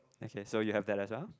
okay so you have that as well